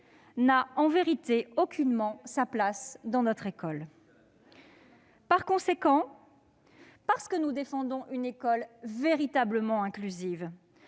-n'a en vérité aucunement sa place dans notre école. Et aucun avenir ! Par conséquent, parce que nous défendons une école véritablement inclusive,